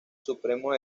supremo